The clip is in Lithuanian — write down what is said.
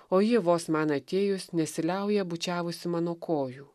o ji vos man atėjus nesiliauja bučiavusi mano kojų